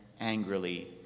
angrily